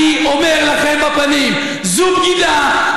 אני אומר לכם בפנים: זו בגידה,